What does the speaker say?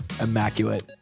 immaculate